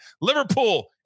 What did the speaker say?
liverpool